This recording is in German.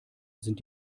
sind